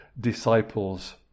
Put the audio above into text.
disciples